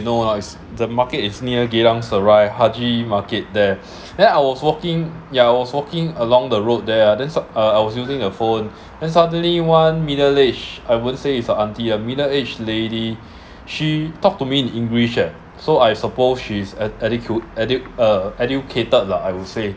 you know ah the market is near geylang-serai haji market there then I was walking yeah I was walking along the road there then sud~ uh I was using a phone then suddenly one middle age I won't say it's a auntie ah middle age lady she talked to me in english eh so I suppose she's e~ educu~ edu~ uh educated lah I would say